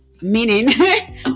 Meaning